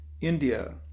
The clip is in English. India